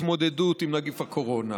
להתמודדות עם נגיף הקורונה.